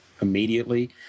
immediately